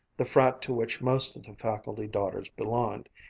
the frat to which most of the faculty daughters belonged,